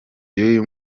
y’uyu